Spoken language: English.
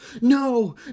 No